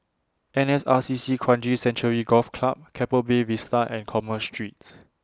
N S R C C Kranji Sanctuary Golf Club Keppel Bay Vista and Commerce Street